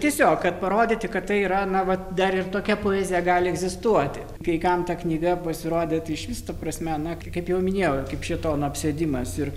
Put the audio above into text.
tiesiog parodyti kad tai yra na va dar ir tokia poezija gali egzistuoti kai kam ta knyga pasirodė tai išvis ta prasme na kaip jau minėjau kaip šėtono apsėdimas ir